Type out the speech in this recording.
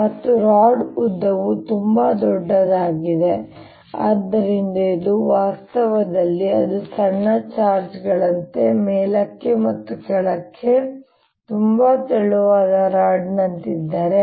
ಮತ್ತು ರಾಡ್ ಉದ್ದವು ತುಂಬಾ ದೊಡ್ಡದಾಗಿದೆ ಆದ್ದರಿಂದ ಇದು ವಾಸ್ತವದಲ್ಲಿ ಅದು ಸಣ್ಣ ಚಾರ್ಜ್ ಗಳಂತೆ ಮೇಲಕ್ಕೆ ಮತ್ತು ಕೆಳಕ್ಕೆ ತುಂಬಾ ತೆಳುವಾದ ರಾಡ್ ನಂತಿದ್ದರೆ